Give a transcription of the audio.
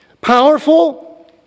Powerful